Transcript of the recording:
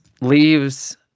leaves